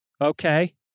Okay